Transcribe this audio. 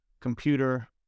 computer